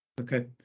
Okay